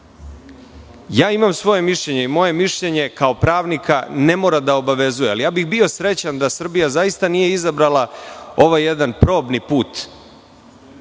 tu, imam svoje mišljenje i moje mišljenje kao pravnika ne mora da obavezuje, ali bio bih srećan da Srbija zaista nije izabrala ovaj jedan probni put